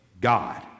God